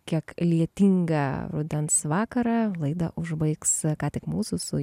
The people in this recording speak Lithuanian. kiek lietingą rudens vakarą laida užbaigs ką tik mūsų su